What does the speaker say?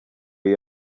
you